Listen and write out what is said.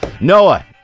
Noah